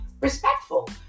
respectful